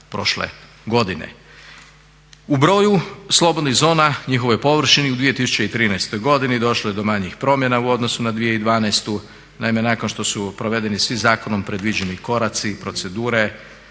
U broju slobodnih zona, njihovoj površini u 2013. godini došlo je do manjih promjena u odnosu na 2012.. Naime, nakon što su provedeni svi zakonom predviđeni koraci i procedure,